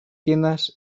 tiendas